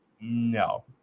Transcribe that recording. no